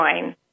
join